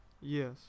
Yes